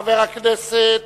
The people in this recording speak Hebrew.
חברת הכנסת